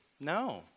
No